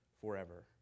forever